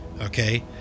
okay